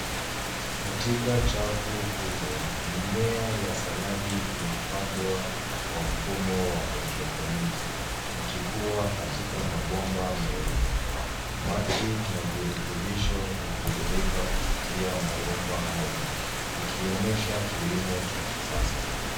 Katika chafu kubwa. Mimea ya saladi imepandwa kwa mfumo wa hydroponiki. Ikikuwa katika mabomba meupe. Maji na virutubisho hutiririka kupitia mabomba hayo. Ikionesha kilimo cha kisasa.